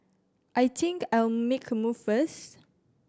I think I'll make a move first